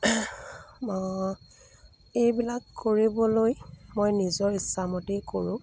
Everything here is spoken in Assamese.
এইবিলাক কৰিবলৈ মই নিজৰ ইচ্ছামতেই কৰো